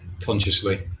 consciously